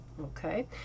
okay